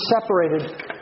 separated